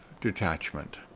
detachment